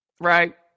Right